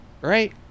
Right